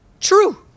true